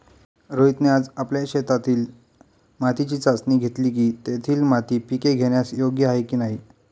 रोहितने आज आपल्या शेतातील मातीची चाचणी घेतली की, तेथील माती पिके घेण्यास योग्य आहे की नाही